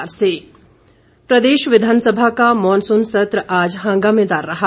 walkout प्रदेश विधानसभा का मानसून सत्र आज हंगामेदार रहा